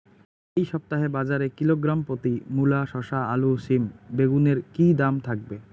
এই সপ্তাহে বাজারে কিলোগ্রাম প্রতি মূলা শসা আলু সিম বেগুনের কী দাম থাকবে?